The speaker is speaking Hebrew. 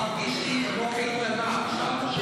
מרגיש לי כמו קייטנה עכשיו.